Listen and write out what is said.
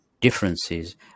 differences